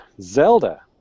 Zelda